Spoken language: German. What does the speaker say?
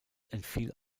entfiel